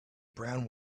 brown